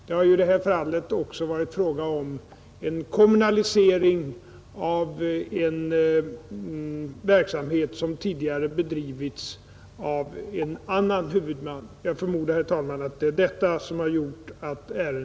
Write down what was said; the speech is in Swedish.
Det har i detta fall också varit fråga om en kommunalisering av en verksamhet som tidigare bedrivits av en annan huvudman.